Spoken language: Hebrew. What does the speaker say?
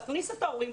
תכניס את ההורים,